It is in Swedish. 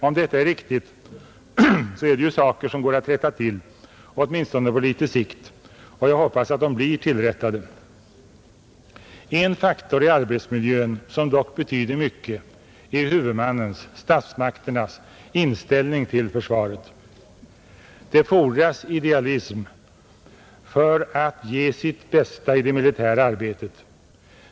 Om detta är riktigt så är det ju saker som går att rätta till, åtminstone på litet sikt, och jag hoppas att de blir tillrättade. En faktor i arbetsmiljön som dock betyder mycket är huvudmannens — statsmakternas — inställning till försvaret. Det fordras idealism för att ge sitt bästa i det militära arbetet.